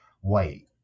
white